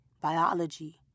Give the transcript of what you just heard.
biology